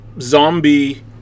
zombie